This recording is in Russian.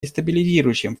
дестабилизирующим